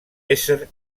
ésser